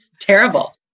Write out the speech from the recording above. terrible